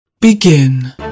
Begin